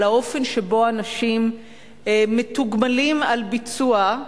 האופן שבו אנשים מתוגמלים על ביצוע,